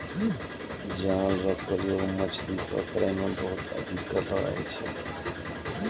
जाल रो प्रयोग मछली पकड़ै मे बहुते अधिक करलो जाय छै